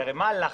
כי הרי מה הלחץ?